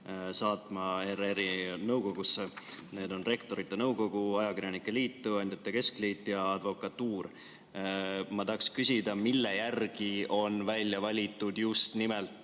saatma ERR‑i nõukogusse. Need on Rektorite Nõukogu, ajakirjanike liit, tööandjate keskliit ja advokatuur. Ma tahaks küsida, mille järgi on välja valitud just nimelt